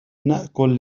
نأكل